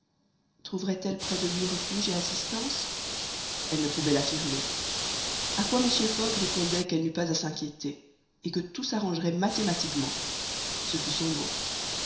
trouverait-elle près de lui refuge et assistance elle ne pouvait l'affirmer a quoi mr fogg répondait qu'elle n'eût pas à s'inquiéter et que tout s'arrangerait mathématiquement ce fut son mot